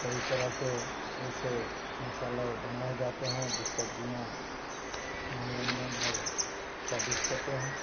कई तरह के ऐसे मसाले बनाए जाते हैं जो सब्ज़ियाँ मनोरन्जन और स्वादिष्ट होते हैं